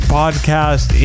podcast